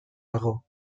dago